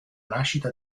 nascita